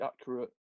accurate